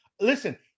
Listen